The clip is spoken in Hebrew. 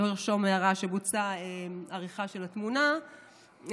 לא ירשום הערה שבוצעה עריכה של התמונה ייקנס.